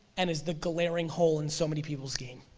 and is the glaring hole in so many people's game,